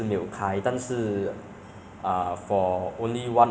we can look at the teacher it's like more natural